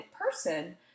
person